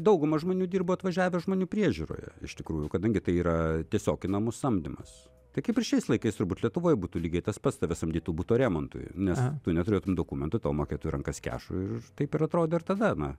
dauguma žmonių dirbo atvažiavę žmonių priežiūroje iš tikrųjų kadangi tai yra tiesiog į namus samdymas tai kaip ir šiais laikais turbūt lietuvoj būtų lygiai tas pats tave samdytų buto remontui nes tu neturėtum dokumentų tau mokėtų į rankas kešu ir taip ir atrodė ir tada na